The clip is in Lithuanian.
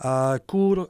a kur